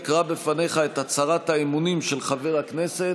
אקרא בפניך את הצהרת האמונים של חבר הכנסת,